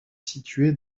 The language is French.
situé